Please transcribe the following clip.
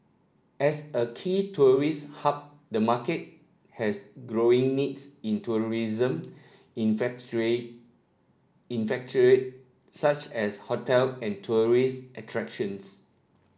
as a key tourist hub the market has growing needs in tourism infrastructure such as hotel and tourist attractions